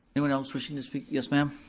anyone else wishing to speak, yes, ma'am?